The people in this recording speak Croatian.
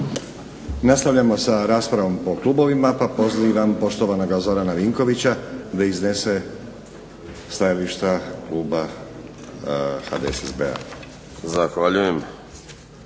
Nastavljamo sa raspravom po klubovima, pa pozivam poštovanoga Zorana Vinkovića da iznese stajališta kluba HDSSB-a. **Vinković,